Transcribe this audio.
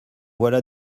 voilà